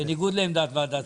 כמו מדינות רבות אחרות,